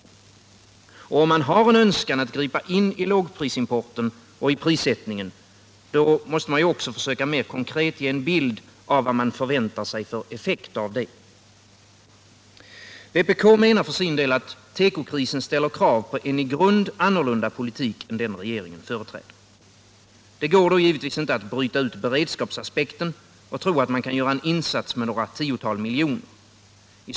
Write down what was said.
Om man har en önskan att gripa in när det gäller lågprisimporten och prissättningen, måste man också mer konkret försöka ge en bild av vad man förväntar sig för effekt. Vpk menar för sin del att tekokrisen ställer krav på en i grunden annorlunda politik än den regeringen företräder. Det går då givetvis inte att bryta ut beredskapsaspekten och tro att man kan göra en insats med några tiotal miljoner kronor.